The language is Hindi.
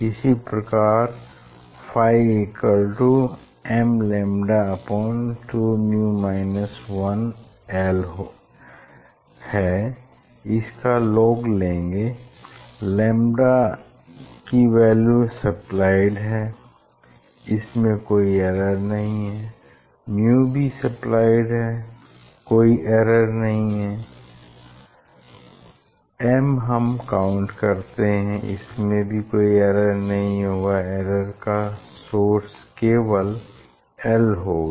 इसी प्रकार फाइ m λ2µ 1 l इसका log लेंगे λ की वैल्यू सप्लाएड है इसमें कोई एरर नहीं है म्यू भी सप्लाएड है कोई एरर नहीं होगा m हम काउंट करते हैं इसमें भी कोई एरर नहीं होगा एरर का सोर्स केवल l होगा